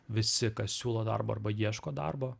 visi kas siūlo darbą arba ieško darbo